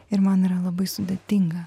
ir man yra labai sudėtinga